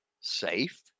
safe